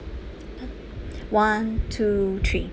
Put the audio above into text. one two three